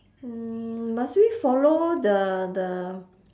hmm must we follow the the